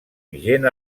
vigent